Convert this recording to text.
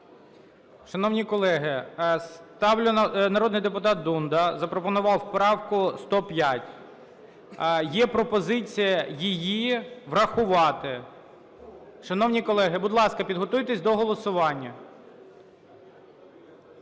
Шановні колеги, народний депутат Дунда запропонував правку 105. Є пропозиція її врахувати. Шановні колеги, будь ласка, підготуйтесь до голосування.